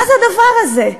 מה הדבר הזה?